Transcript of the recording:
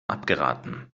abgeraten